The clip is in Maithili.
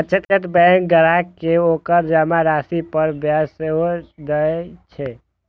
बचत बैंक ग्राहक कें ओकर जमा राशि पर ब्याज सेहो दए छै